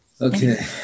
Okay